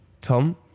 Tom